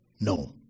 No